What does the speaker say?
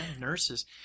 Nurses